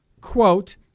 quote